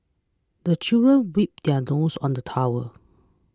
the children wipe their noses on the towel